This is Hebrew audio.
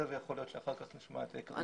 ויכול להיות שאחר כך נשמע את קרנית גולדווסר,